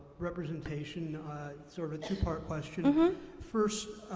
representation sort of a two-part question. and first,